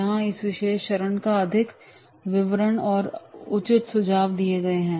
यहां इस विशेष चरणों का अधिक विवरण है और उचित सुझाव दिए गए हैं